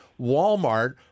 Walmart